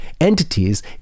entities